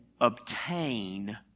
obtain